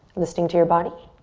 listening to your body?